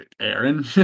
Aaron